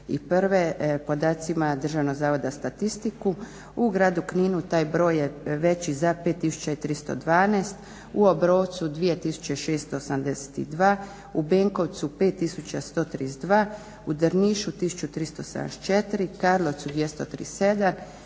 općim podacima iz 2001.podacima DZS-a. U gradu Kninu taj broj je veći za 5312, u Obrovcu 2682, u Benkovcu 5132, u Drnišu 1374, Karlovcu 237,